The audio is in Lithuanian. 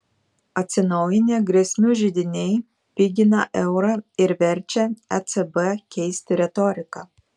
atsinaujinę grėsmių židiniai pigina eurą ir verčia ecb keisti retoriką